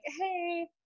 Hey